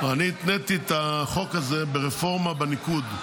אני התניתי את החוק הזה ברפורמה בניקוד,